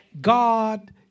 God